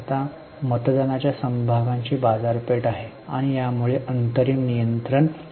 आता मतदानाच्या समभागांची बाजारपेठ आहे आणि यामुळे अंतिम नियंत्रण मिळते